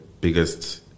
biggest